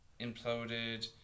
imploded